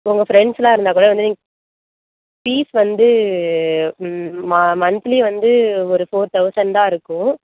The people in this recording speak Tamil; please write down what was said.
உங்கள் ஃப்ரெண்ட்ஸ் எல்லாம் இருந்தால்கூட வந்து நீங்கள் ஃபீஸ் வந்து ம மன்த்லி வந்து ஒரு ஃபோர் தௌசண்ட் தான் இருக்கும்